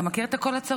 אתה מכיר את הקול הצרוד?